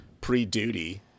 pre-duty